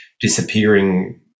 disappearing